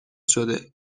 شده